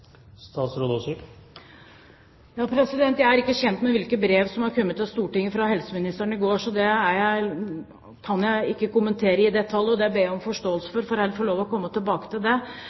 Jeg er ikke kjent med hvilket brev som har kommet til Stortinget fra helseministeren i går, så det kan jeg ikke kommentere i detalj. Det ber jeg om forståelse for. Jeg må heller få lov til å komme tilbake til det.